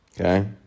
okay